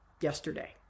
yesterday